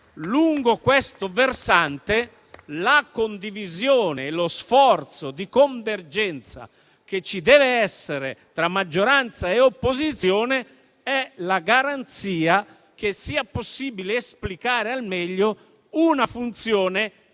lungo questo versante, la condivisione e lo sforzo di convergenza, che devono esservi tra maggioranza e opposizione, sono la garanzia che sia possibile esplicare al meglio una funzione